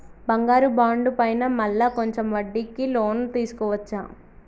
బంగారు బాండు పైన మళ్ళా కొంచెం వడ్డీకి లోన్ తీసుకోవచ్చా?